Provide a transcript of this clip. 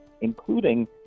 including